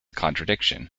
contradiction